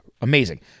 Amazing